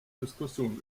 diskussion